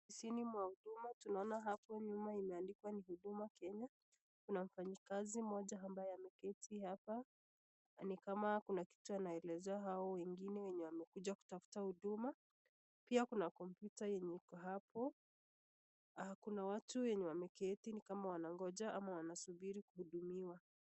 Ofisini ya uduma, tunaona hapo nyuma imeandikwa ni Huduma Kenya. Kuna mfanyikazi mmoja ambaye ameketi hapa ni kama kuna kitu anaelezea hao wengine wenye wamekuja kutafuta huduma. Pia kuna kompyuta yenye iko hapo. Kuna watu wenye wameketi ni kama wanangoja ama wanasubiri kuhudumiwa.